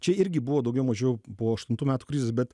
čia irgi buvo daugiau mažiau buvo po aštuntų metų krizės bet